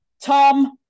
Tom